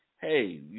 hey